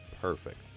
Perfect